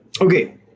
Okay